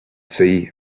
see